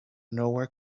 nowhere